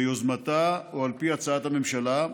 ביוזמתה או על פי הצעת הממשלה,